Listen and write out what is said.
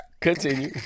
Continue